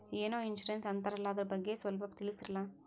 ಏನೋ ಇನ್ಸೂರೆನ್ಸ್ ಅಂತಾರಲ್ಲ, ಅದರ ಬಗ್ಗೆ ಸ್ವಲ್ಪ ತಿಳಿಸರಲಾ?